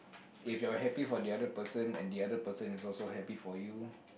if you're happy for the other person and the other person is also happy for you